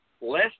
less